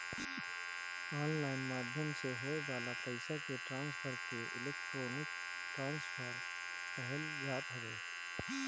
online माध्यम से होए वाला पईसा के ट्रांसफर के इलेक्ट्रोनिक ट्रांसफ़र कहल जात हवे